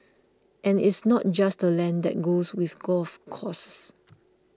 and it's not just the land that goes with golf courses